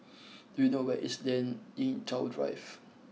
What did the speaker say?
do you know where is Lien Ying Chow Drive